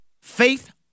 Faith